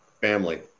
Family